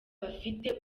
bafite